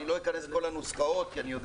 אני לא אכנס לכל הנוסחאות כי אני יודע